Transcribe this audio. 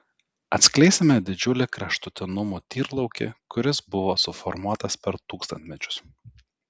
atskleisime didžiulį kraštutinumų tyrlaukį kuris buvo suformuotas per tūkstantmečius